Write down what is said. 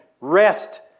rest